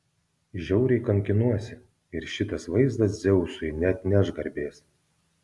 žiauriai kankinuosi ir šitas vaizdas dzeusui neatneš garbės